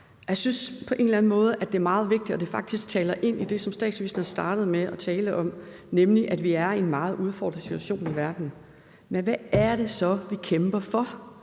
anden måde, at det er meget vigtigt, og at det faktisk taler ind i det, som statsministeren startede med at tale om, nemlig at vi er i en meget udfordret situation i verden. Men hvad er det så, vi kæmper for?